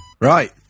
Right